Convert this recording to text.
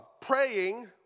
praying